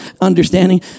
understanding